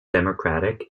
democratic